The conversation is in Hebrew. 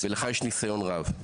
ולך יש ניסיון רב.